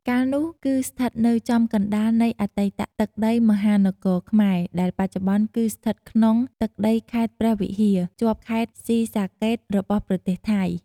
កាលនោះគឺស្ថិតនៅចំកណ្តាលនៃអតីតទឹកដីមហានគរខ្មែរ ដែលបច្ចុប្បន្នគឺស្ថិតក្នុងទឹកដីខេត្តព្រះវិហារ ជាប់ខេត្តស៊ីសាកេតរបស់ប្រទេសថៃ។